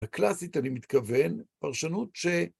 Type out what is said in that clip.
הקלאסית, אני מתכוון, פרשנות ש...